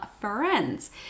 friends